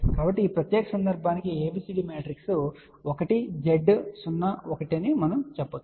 కాబట్టి ఈ ప్రత్యేక సందర్భానికి ABCD మ్యాట్రిక్స్ అని మనము చెప్పగలం